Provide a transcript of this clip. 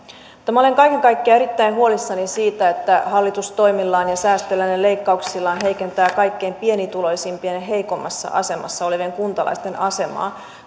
minä olen kaiken kaikkiaan erittäin huolissani siitä että hallitus toimillaan ja säästöillään ja leikkauksillaan heikentää kaikkein pienituloisimpien ja heikoimmassa asemassa olevien kuntalaisten asemaa